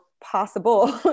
possible